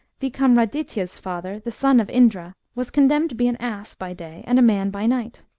vikramaditya's father, the son of indra, was con demned to be an ass by day and a man by night.